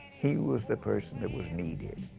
he was the person that was needed.